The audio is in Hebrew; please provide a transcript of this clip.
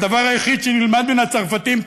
הדבר היחיד שנלמד מן הצרפתים,